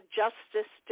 justice